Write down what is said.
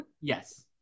Yes